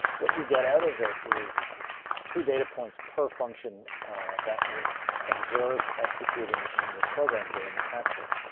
what you get out of it is two data points per function that was observed executing in your program during the capture.